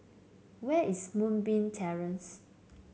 where is Moonbeam Terrace